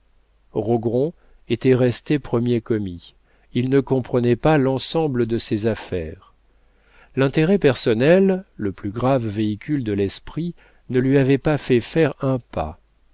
rogron était resté premier commis il ne comprenait pas l'ensemble de ses affaires l'intérêt personnel le plus grand véhicule de l'esprit ne lui avait pas fait faire un pas